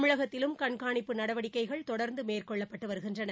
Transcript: தமிழகத்திலும் கண்காணிப்பு நடவடிக்கைகள் தொடர்ந்து மேற்கொள்ளப்பட்டு வருகின்றன